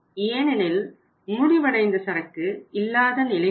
ஏனெனில் முடிவடைந்த சரக்கு இல்லாத நிலை உள்ளது